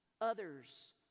others